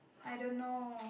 I don't know